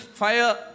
fire